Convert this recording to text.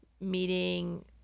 meeting